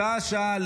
שעה-שעה,